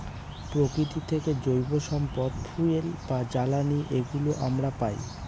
প্রকৃতি থেকে জৈব সম্পদ ফুয়েল বা জ্বালানি এগুলো আমরা পায়